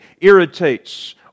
irritates